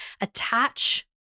attach